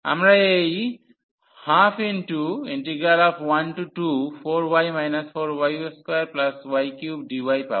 আমরা এই 12124y 4y2y3dy পাব